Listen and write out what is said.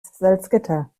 salzgitter